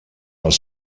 els